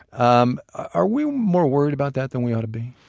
um are we more worried about that than we ought to be?